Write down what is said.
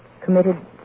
committed